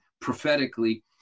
prophetically